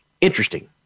interesting